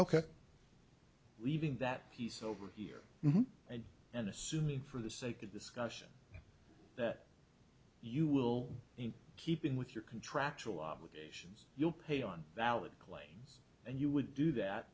ok leaving that piece over here and and assuming for the sake of discussion that you will in keeping with your contractual obligations you'll pay on valid claims and you would do that